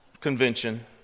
Convention